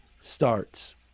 starts